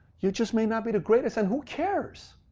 you just may not be the greatest. and who cares?